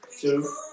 two